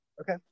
Okay